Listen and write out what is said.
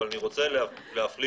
אבל אני רוצה להפליג,